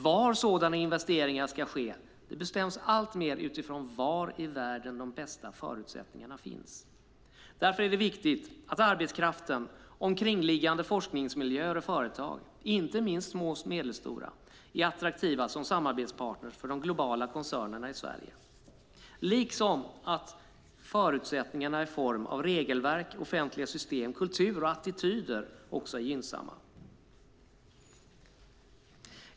Var sådana investeringar ska ske bestäms alltmer utifrån var i världen de bästa förutsättningarna finns. Därför är det viktigt att arbetskraften, omkringliggande forskningsmiljöer och företag, inte minst små och medelstora, är attraktiva som samarbetspartner för de globala koncernerna i Sverige, liksom att förutsättningarna i form av regelverk, offentliga system, kultur och attityder också är gynnsamma.